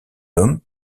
hommes